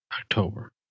October